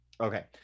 Okay